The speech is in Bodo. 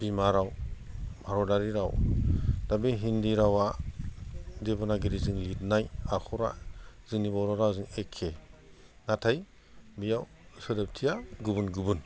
बिमा राव भारतआरि राव दा बे हिन्दि रावा देबनागिरिजों लिरनाय आखरा जोंनि बर' रावजों एक्के नाथाय बेयाव सोदोबथिया गुबुन गुबुन